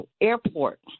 airport